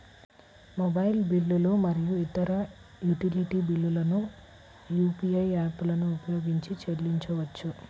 mobile బిల్లులు మరియు ఇతర యుటిలిటీ బిల్లులను యూ.పీ.ఐ యాప్లను ఉపయోగించి చెల్లించవచ్చు